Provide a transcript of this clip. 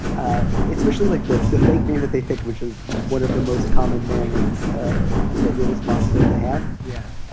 ah especially like the the fake name that they picked, which is one of the most common male names that it is possible to have. yeah,